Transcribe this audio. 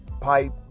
pipe